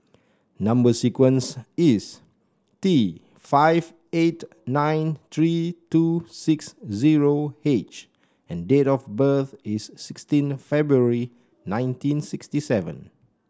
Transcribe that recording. number sequence is T five eight nine three two six zero H and date of birth is sixteen February nineteen sixty seven